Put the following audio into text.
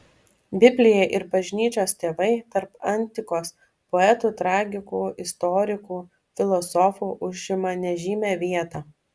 biblija ir bažnyčios tėvai tarp antikos poetų tragikų istorikų filosofų užima nežymią vietą